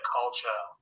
culture